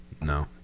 No